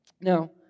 Now